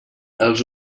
els